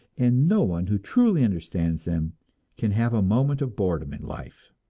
and no one who truly understands them can have a moment of boredom in life.